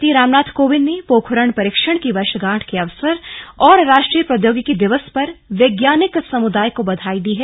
राष्ट्रपति रामनाथ कोविंद ने पोखरण परीक्षण की वर्षगांठ के अवसर और राष्ट्रीय प्रौद्योगिकी दिवस पर वैज्ञानिक समुदाय को बधाई दी है